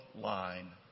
line